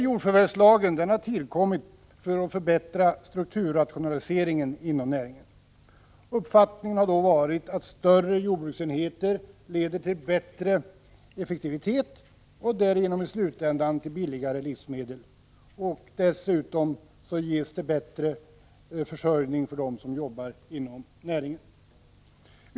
Jordförvärvslagen har tillkommit för att förbättra strukturrationaliseringen inom näringen. Uppfattningen har då varit att större jordbruksenheter leder till bättre effektivitet och därigenom i slutändan till billigare livsmedel samt dessutom ger bättre försörjning för dem som jobbar inom näringen.